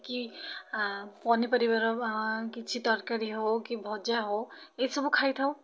କି ପନିପରିବାର କିଛି ତରକାରୀ ହଉ କି ଭଜା ହଉ ଏସବୁ ଖାଇଥାଉ